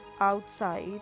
outside